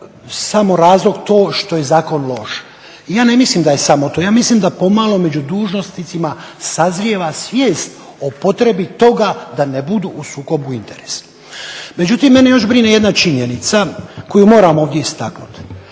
samo razlog to što je zakon loš. Ja ne mislim da je samo to, ja mislim da pomalo među dužnosnicima sazrijeva svijest o potrebi toga da ne budu u sukobu interesa. Međutim, mene još brine jedna činjenica koju moram ovdje istaknuti.